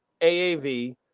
AAV